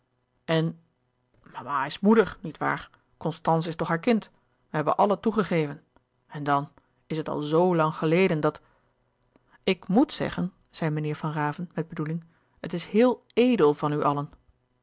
en mama is moeder niet waar constance is toch haar kind we hebben allen toegegeven en dan is het al zoo lang geleden dat ik moet zeggen zei meneer van raven met bedoeling het is heel edel van u allen